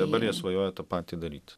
dabar jie svajoja tą patį daryt